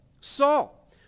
Saul